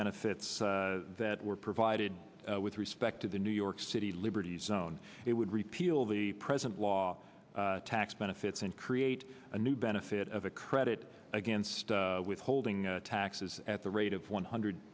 benefits that were provided with respect to the new york city liberty zone it would repeal the present law tax benefits and create a new benefit of a credit against withholding taxes at the rate of one hundred